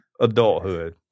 adulthood